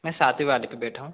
मैं सातवी वाले पे बैठा हूँ